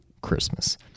Christmas